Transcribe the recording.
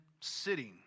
sitting